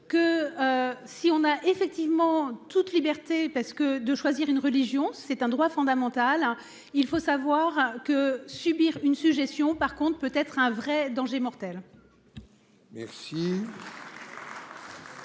Que. Si on a effectivement toute liberté parce que de choisir une religion, c'est un droit fondamental. Il faut savoir que subir une suggestion. Par contre, peut être un vrai danger mortel. Merci.